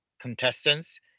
contestants